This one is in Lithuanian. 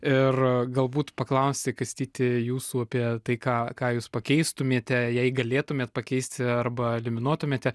ir galbūt paklausti kastyti jūsų apie tai ką ką jūs pakeistumėte jei galėtumėt pakeisti arba eliminuotumėte